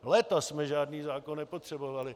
Léta jsme žádný zákon nepotřebovali.